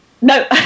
No